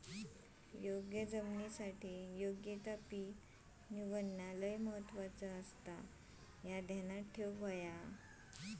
योग्य जमिनीसाठी योग्य ता पीक निवडणा लय महत्वाचा आसाह्या ध्यानात ठेवूक हव्या